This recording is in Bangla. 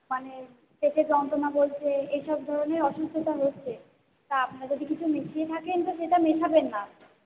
মানে পেটে যন্ত্রণা বলছে এসব ধরনের অসুস্থতা হচ্ছে তা আপনারা যদি কিছু মিশিয়ে থাকেন তো সেটা মেশাবেন না